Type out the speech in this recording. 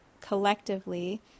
collectively